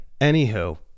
Anywho